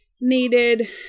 needed